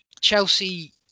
Chelsea